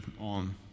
on